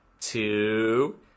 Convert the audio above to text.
two